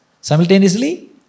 Simultaneously